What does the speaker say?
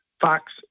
Fox